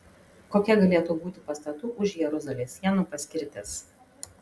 kokia galėtų būti pastatų už jeruzalės sienų paskirtis